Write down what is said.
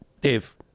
Dave